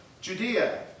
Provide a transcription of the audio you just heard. Judea